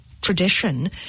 Tradition